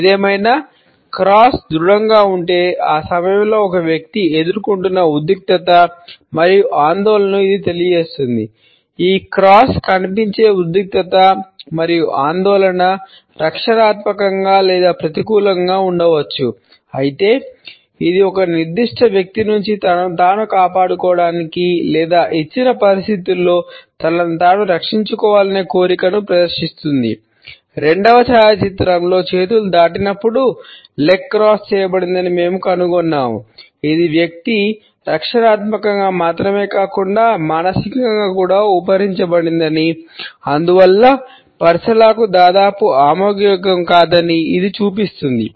ఏదేమైనా క్రాస్ చేయబడిందని మేము కనుగొన్నాము ఇది వ్యక్తి రక్షణాత్మకంగా మాత్రమే కాకుండా మానసికంగా కూడా ఉపసంహరించబడిందని అందువల్ల పరిసరాలకు దాదాపుగా ఆమోదయోగ్యం కాదని ఇది చూపిస్తుంది